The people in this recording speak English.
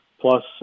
plus